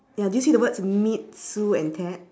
ya do you see the words meet sue and ted